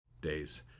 days